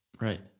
Right